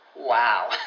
Wow